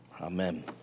amen